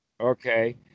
Okay